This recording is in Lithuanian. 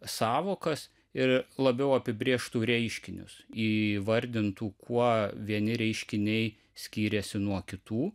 sąvokas ir labiau apibrėžtų reiškinius įvardintų kuo vieni reiškiniai skyrėsi nuo kitų